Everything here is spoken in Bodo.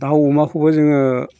दाव अमाखौबो जोङो